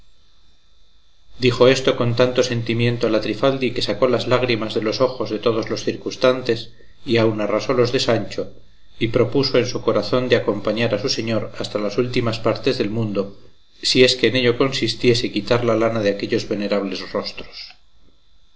dijo esto con tanto sentimiento la trifaldi que sacó las lágrimas de los ojos de todos los circunstantes y aun arrasó los de sancho y propuso en su corazón de acompañar a su señor hasta las últimas partes del mundo si es que en ello consistiese quitar la lana de aquellos venerables rostros